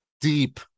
deep